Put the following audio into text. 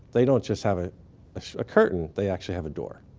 they don't just have ah ah a curtain, they actually have a door.